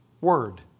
Word